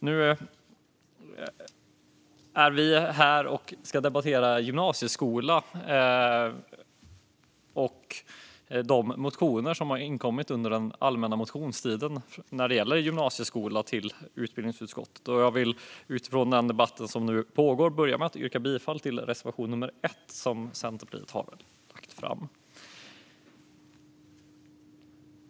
Nu är vi här och ska debattera gymnasieskolan och de motioner gällande gymnasieskolan som har inkommit till utbildningsutskottet under den allmänna motionstiden. Jag vill utifrån den debatt som nu pågår börja med att yrka bifall till reservation 1, som Centerpartiet har avgett.